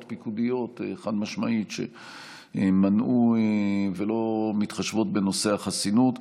פיקודיות חד-משמעית שמנעו ואינן מתחשבות בנושא החסינות.